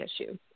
issue